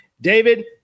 David